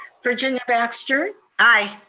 virginia baxter. aye.